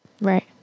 Right